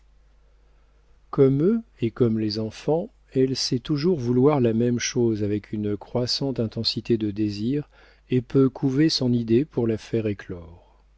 comme eux et comme les enfants elle sait toujours vouloir la même chose avec une croissante intensité de désir et peut couver son idée pour la faire éclore